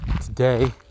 Today